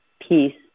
peace